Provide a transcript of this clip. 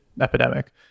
epidemic